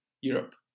Europe